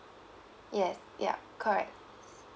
yes ya correct